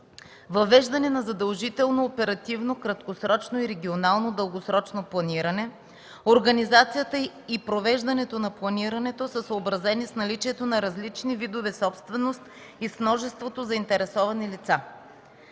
въвеждане на задължително оперативно/краткосрочно и регионално/дългосрочно планиране; организацията и провеждането на планирането са съобразени с наличието на различни видове собственост и с множеството заинтересовани лица.